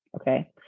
Okay